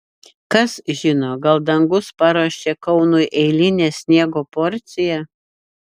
kas žino gal dangus paruošė kaunui eilinę sniego porciją